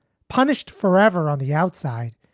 punished forever on the outside.